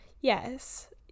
yes